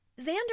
Xander